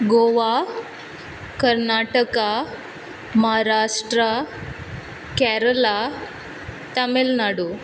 Goa Karnataka Maharashtra Kerala Tamil Nadu